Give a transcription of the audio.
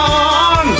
on